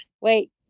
wait